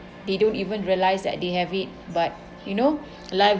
they don't even realize that they have it but you know life